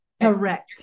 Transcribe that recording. correct